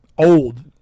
Old